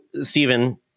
Stephen